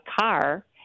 car